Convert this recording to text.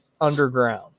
underground